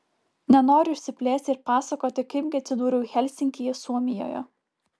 nenoriu išsiplėsti ir pasakoti kaip gi atsidūriau helsinkyje suomijoje